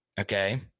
okay